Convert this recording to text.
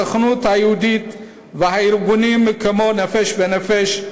הסוכנות היהודית וארגונים כמו "נפש בנפש",